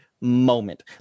moment